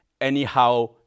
Anyhow